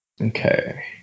Okay